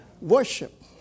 Worship